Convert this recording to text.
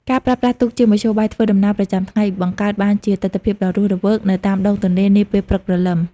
ការប្រើប្រាស់ទូកជាមធ្យោបាយធ្វើដំណើរប្រចាំថ្ងៃ បង្កើតបានជាទិដ្ឋភាពដ៏រស់រវើកនៅតាមដងទន្លេនាពេលព្រឹកព្រលឹម។